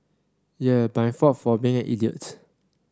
yeah my fault for being an idiot